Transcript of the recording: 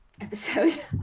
episode